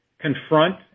confront